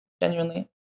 Genuinely